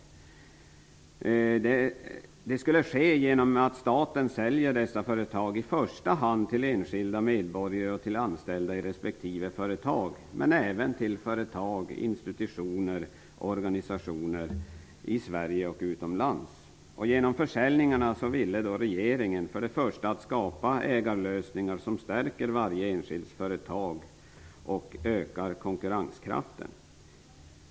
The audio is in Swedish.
Det skulle ske genom att staten säljer dessa företag i första hand till enskilda medborgare och till anställda i respektive företag, men även till företag, institutioner och organisationer i Sverige och utomlands. Genom försäljningarna vill regeringen för det första skapa ägarlösningar som stärker varje enskilt företag och ökar konkurrenskraften.